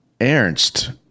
Ernst